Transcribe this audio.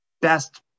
best